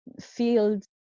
field